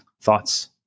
thoughts